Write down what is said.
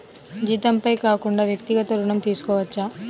జీతంపై కాకుండా వ్యక్తిగత ఋణం తీసుకోవచ్చా?